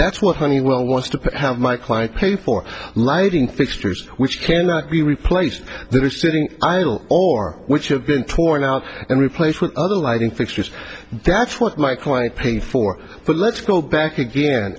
that's what honeywell wants to have my client pay for lighting fixtures which cannot be replaced the dish sitting idle or which have been torn out and replaced with other lighting fixtures that's what my client paid for but let's go back again